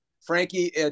Frankie